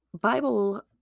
Bible